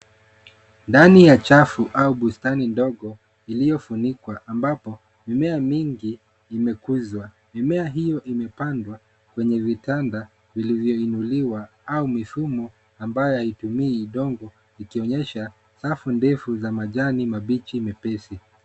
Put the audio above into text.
Ndani ya chafu au bustani ndogo iliyofunikwa ambapo mimea mingi imekuzwa. Mimea hiyo imepandwa kwenye vitanda vilivyoinuliwa au mifumo ambayo haitumii udongo ikionyesha safu ndefu za majani mabichi mepesi.